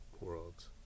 worlds